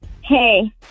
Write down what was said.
Hey